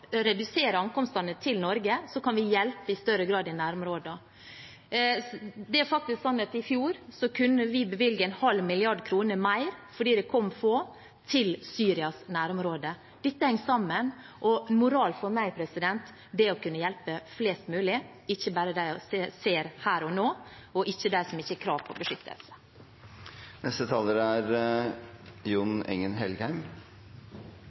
redusere ankomstene til Norge, kan vi i større grad hjelpe i nærområdene. Det er faktisk sånn at i fjor kunne vi bevilge en halv milliard kroner mer, fordi det kom få, til Syrias nærområder. Dette henger sammen. Moral for meg er å kunne hjelpe flest mulig, ikke bare dem vi ser her og nå, og ikke dem som ikke har krav på beskyttelse.